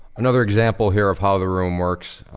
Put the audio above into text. another example here, of how the room works,